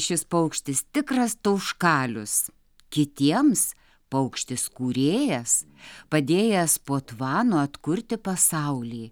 šis paukštis tikras tauškalius kitiems paukštis kūrėjas padėjęs po tvano atkurti pasaulį